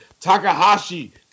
Takahashi